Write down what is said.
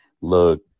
Look